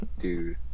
Dude